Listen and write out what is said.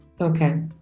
Okay